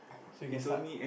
so you can start